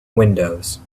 windows